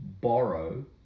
borrow